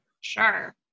sure